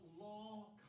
law